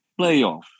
playoff